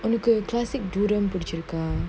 ஒனக்கு:onaku classic duroom புடிச்சிருக்கா:pudichirukaa